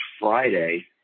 Friday